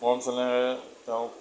মৰম চেনেহেৰে তেওঁক